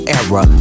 era